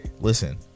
Listen